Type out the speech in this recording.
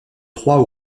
trois